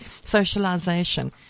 Socialization